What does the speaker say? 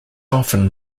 often